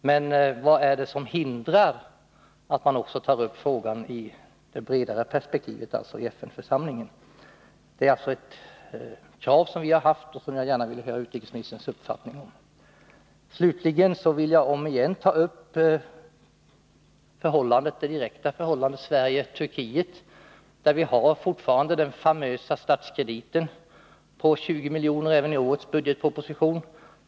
Men vad är det som hindrar att man vidgar perspektivet och tar upp frågan också i FN-församlingen? Det är ett krav som vi har framfört och som jag gärna vill höra utrikesministerns uppfattning om. Slutligen vill jag återigen ta upp det direkta förhållandet Sverige-Turkiet. Där har vi fortfarande den famösa statskrediten på 20 miljoner — den finns med även i årets budgetproposition.